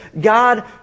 God